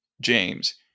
James